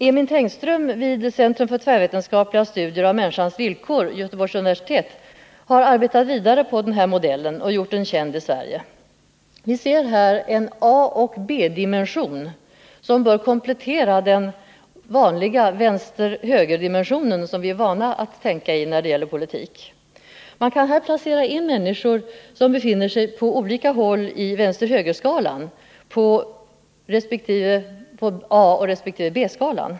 Emin Tengström vid Centrum för tvärvetenskapliga studier av människans villkor, Göteborgs universitet, har arbetat vidare på modellen och gjort den känd i Sverige. Vi ser här en A och B-dimension som kompletterar den vanliga vänster-höger-dimensionen som vi är vana vid att tänka i när det gäller politik. Man kan placera in människor som befinner sig på olika håll i vänster-höger-skalan också på resp. A-B-skalan.